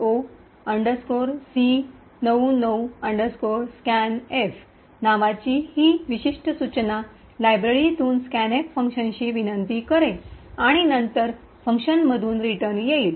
Iso c99 scanf नावाची ही विशिष्ट सूचना लायब्ररीतून स्कॅनएफ फंक्शनची विनंती करेल आणि नंतर फंक्शनमधून रिटर्न येईल